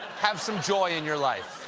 have some joy in your life!